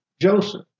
Joseph